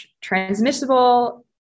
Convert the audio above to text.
transmissible